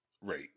Right